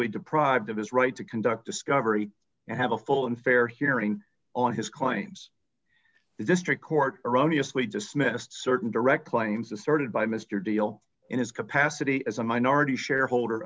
y deprived of his right to conduct discovery and have a full and fair hearing on his claims the district court erroneous way dismissed certain direct claims asserted by mr deal in his capacity as a minority shareholder